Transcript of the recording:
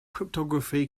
cryptography